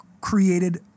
created